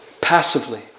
Passively